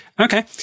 Okay